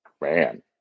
Man